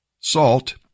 Salt